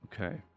Okay